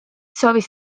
soovis